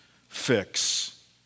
fix